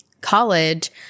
college